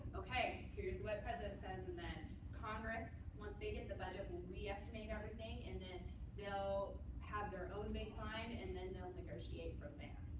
ok, here's what the president says, and then congress, once they get the budget, will re-estimate everything. and then they'll have their own baseline. and then they'll negotiate from there.